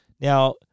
Now